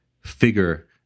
figure